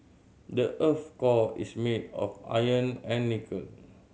the earth core is made of iron and nickel